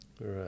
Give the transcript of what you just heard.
Right